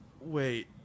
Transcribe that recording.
Wait